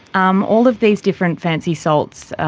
um all of these different fancy salts,